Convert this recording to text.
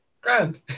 Grand